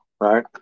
Right